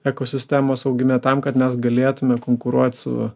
ekosistemos augime tam kad mes galėtume konkuruot su